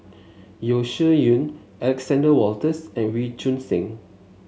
Yeo Shih Yun Alexander Wolters and Wee Choon Seng